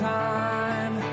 time